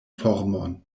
formon